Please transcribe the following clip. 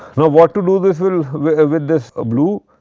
now, what to do this will with with this ah blue?